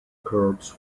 corps